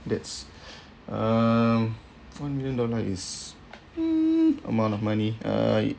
that's um one million dollar is mm amount of money uh